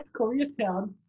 Koreatown